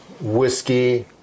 whiskey